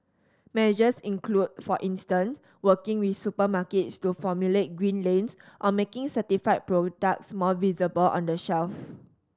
measures include for instance working with supermarkets to formulate green lanes or making certified products more visible on the shelf